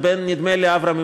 נדמה לי,